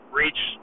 reach